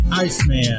Iceman